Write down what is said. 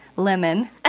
Lemon